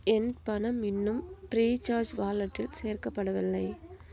என் பணம் இன்னும் ஃப்ரீசார்ஜ் வாலெட்டில் சேர்க்கப்படவில்லை